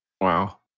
Wow